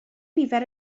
nifer